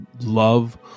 love